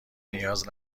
نیاز